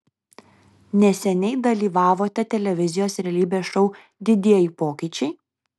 neseniai dalyvavote televizijos realybės šou didieji pokyčiai